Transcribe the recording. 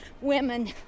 women